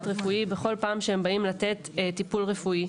רפואי בכל פעם שהם באים לתת טיפול רפואי.